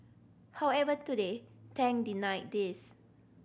however today Tang denied these